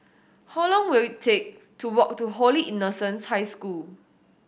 how long will it take to walk to Holy Innocents' High School